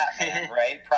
right